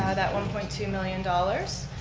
that one point two million dollars.